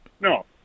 No